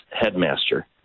headmaster